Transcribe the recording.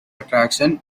attraction